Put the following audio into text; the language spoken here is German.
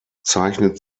zeichnet